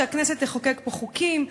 שהכנסת תחוקק פה חוקים,